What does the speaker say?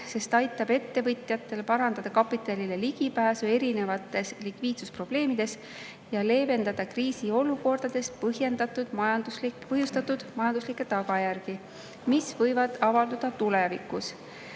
sest aitab ettevõtjatel parandada kapitalile ligipääsu erinevates likviidsusprobleemides ja leevendada kriisiolukordadest põhjustatud majanduslikke tagajärgi, mis võivad avalduda tulevikus.